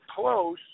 close